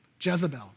Jezebel